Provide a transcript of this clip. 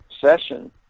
session